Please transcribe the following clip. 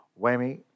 Whammy